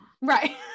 Right